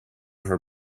her